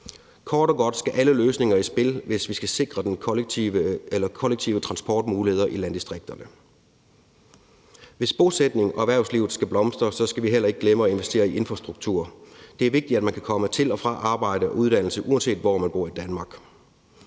Kort og godt skal alle løsninger i spil, hvis vi skal sikre kollektive transportmuligheder i landdistrikterne. Hvis bosætning og erhvervslivet skal blomstre, skal vi heller ikke glemme at investere i infrastruktur. Det er vigtigt, at man kan komme til og fra arbejde og uddannelse, uanset hvor man bor i Danmark.